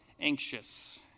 anxious